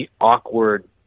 awkward